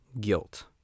guilt